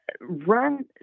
Run